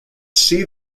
see